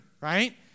right